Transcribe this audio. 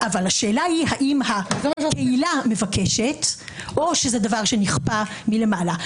השאלה היא האם הקהילה מבקשת או שזה דבר שנכפה מלמעלה.